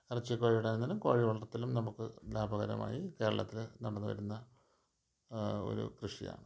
ഇറച്ചിക്കോഴിയുടെ അന്നേരം കോഴിവളർത്തലും നമുക്ക് ലാഭകരമായി കേരളത്തിൽ നടന്നുവരുന്ന ഒരു കൃഷിയാണ്